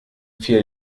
vier